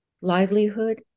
livelihood